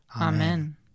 Amen